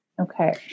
okay